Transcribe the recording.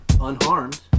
unharmed